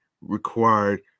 required